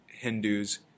Hindus